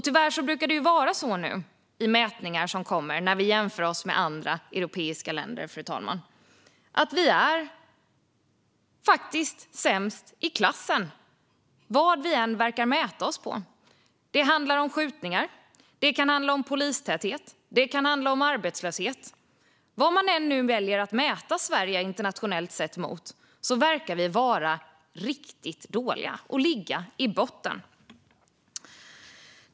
Tyvärr brukar det vara så nu för tiden i mätningar som kommer när vi jämför oss med andra europeiska länder, alltså att vi faktiskt är sämst i klassen vad som än mäts. Det handlar om skjutningar, polistäthet och arbetslöshet. Oavsett i vilka internationella mätningar man väljer att jämföra Sverige med andra länder verkar vi vara riktigt dåliga och ligga i botten.